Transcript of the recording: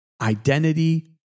identity